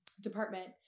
department